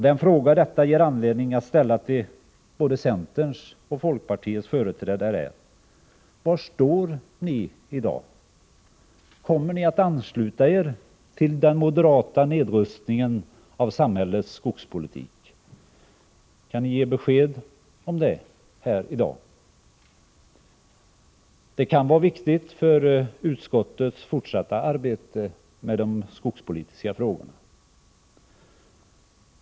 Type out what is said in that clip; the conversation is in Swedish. De frågor som detta ger anledning att ställa till centerns och folkpartiets företrädare är: Var står ni i dag? Kommer ni att ansluta er till den moderata nedrustningen av samhällets skogspolitik? Kan ni ge besked om detta i dag? Det kan vara viktigt för utskottets fortsatta arbete med de skogspolitiska frågorna.